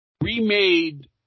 remade